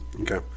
Okay